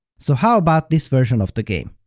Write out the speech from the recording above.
so how about this version of the game?